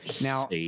Now